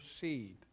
seed